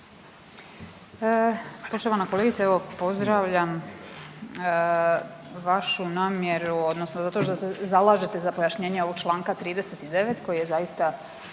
Poštovana kolegice. Evo pozdravljam vašu namjeru odnosno zato što se zalažete za pojašnjenje ovog čl. 39. koji je zaista